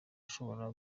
ashobora